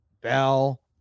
bell